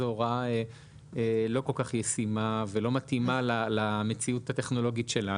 זאת הוראה לא כל כך ישימה ולא מתאימה למציאות הטכנולוגית שלנו.